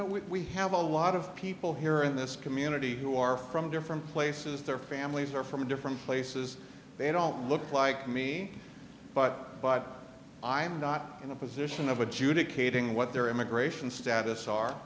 know we have a lot of people here in this community who are from different places their families are from different places they don't look like me but i am not in a position of adjudicating what their immigration status are